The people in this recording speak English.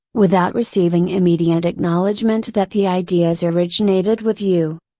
without receiving immediate acknowledgment that the ideas originated with you.